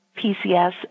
PCS